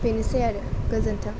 बैनोसै आरो गोजोनथों